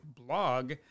blog